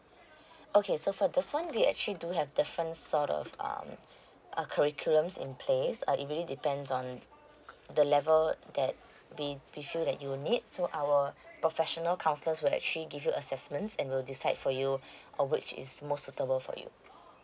okay so for this one we actually do have different sort of um curriculums in place uh it really depends on the level that the issue that you need uh our professional counsellors will actually give you assessments and we'll decide for you uh which is most suitable for you